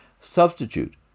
substitute